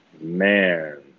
Man